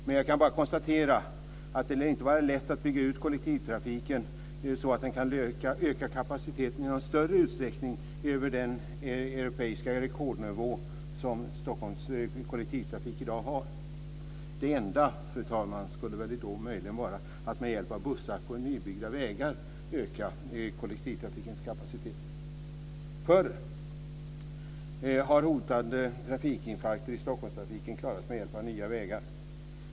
Men jag kan konstatera att det lär inte vara lätt att bygga ut kollektivtrafiken så att den kan öka kapaciteten i någon större utsträckning över den europeiska rekordnivå som Stockholms kollektivtrafik i dag har. Det enda, fru talman, skulle möjligen vara att med hjälp av bussar på nybyggda vägar öka kollektivtrafikens kapacitet. Förr har hotande trafikinfarkter i Stockholmstrafiken klarats med hjälp av nya vägar.